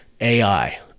AI